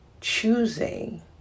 choosing